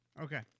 Okay